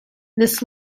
this